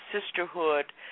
sisterhood